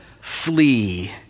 flee